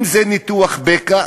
אם זה ניתוח בקע,